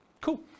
Cool